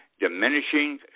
Diminishing